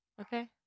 Okay